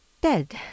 dead